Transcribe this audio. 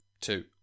two